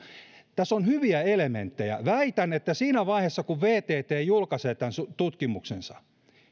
tässä on hyviä elementtejä väitän että vasta siinä vaiheessa kun vatt julkaisee tämän tutkimuksensa